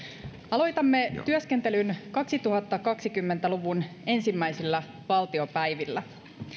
aloitamme työskentelyn kaksituhattakaksikymmentä luvun ensimmäisillä valtiopäivillä